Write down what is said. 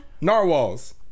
Narwhals